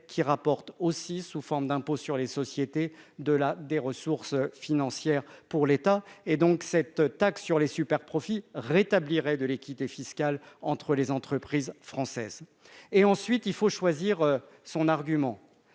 qui rapporte aussi sous forme d'impôt sur les sociétés de la des ressources financières pour l'État et donc cette taxe sur les superprofits rétablirait de l'équité fiscale entre les entreprises françaises et ensuite il faut choisir son argument